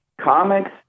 comics